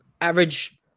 average